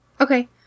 Okay